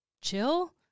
chill